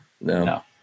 No